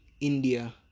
India